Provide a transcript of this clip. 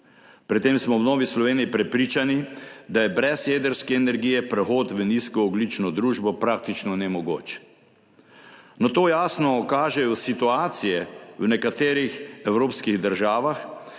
Pri tem smo v Novi Sloveniji prepričani, da je brez jedrske energije prehod v nizkoogljično družbo praktično nemogoč. Na to jasno kažejo situacije v nekaterih evropskih državah,